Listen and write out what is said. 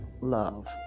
love